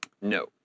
No